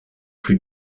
plus